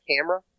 camera